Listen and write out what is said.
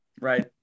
Right